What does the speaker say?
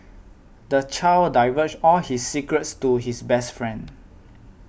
the child divulged all his secrets to his best friend